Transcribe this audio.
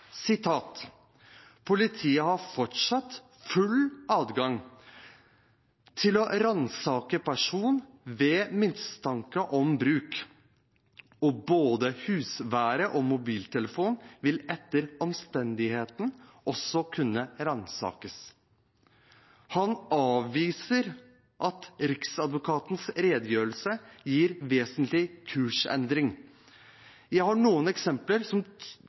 har fortsatt full adgang til å ransake person ved mistanke om bruk, og både husvære og mobiltelefon vil etter omstendigheten også kunne ransakes.» Han avviser at Riksadvokatens redegjørelse gir vesentlig kursendring. Jeg har noen eksempler som